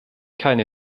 keine